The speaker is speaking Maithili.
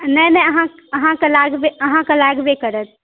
नहि नहि अहाँकेॉं लागबे करत